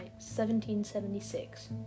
1776